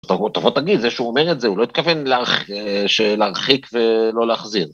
תבוא תגיד, זה שהוא אומר את זה הוא לא התכוון להרחיק ולא להחזיר